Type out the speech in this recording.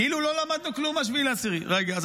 כאילו לא למדנו כלום מ-7 באוקטובר.